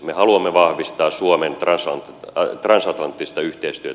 me haluamme vahvistaa suomen transatlanttista yhteistyötä